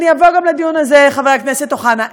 אני אבוא גם לדיון הזה, חבר הכנסת אוחנה.